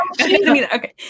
Okay